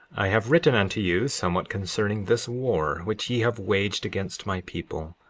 i have written unto you somewhat concerning this war which ye have waged against my people,